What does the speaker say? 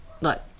look